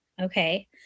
okay